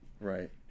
Right